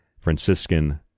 Franciscan